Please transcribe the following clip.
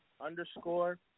underscore